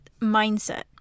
mindset